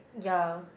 yeah